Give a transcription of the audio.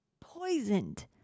poisoned